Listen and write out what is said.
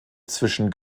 zwischen